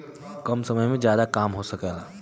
कम समय में जादा काम हो सकला